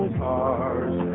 cars